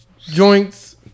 joints